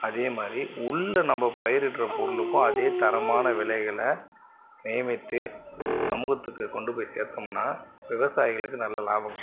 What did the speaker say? அதே மாதிரி உள்ள நம்ம பயிரிடுகிற பொருளுக்கும் அதே தரமான விலைகளை நியமித்து சமூகத்துக்கு கொண்டு போய் சேர்த்தம்னா விவசாயிகளுக்கு நல்ல லாபம் கிட்டும்